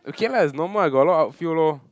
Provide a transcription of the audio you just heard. okay lah it's normal I got a lot of outfield lor